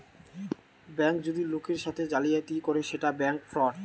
bank যদি লোকের সাথে জালিয়াতি করে সেটা ব্যাঙ্ক ফ্রড